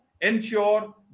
ensure